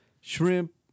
shrimp